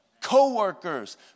Co-workers